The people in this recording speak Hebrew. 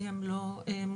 כי הן לא מונגשות.